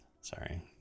sorry